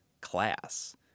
class